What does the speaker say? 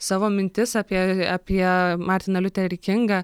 savo mintis apie apie martiną liuterį kingą